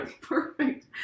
perfect